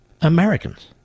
Americans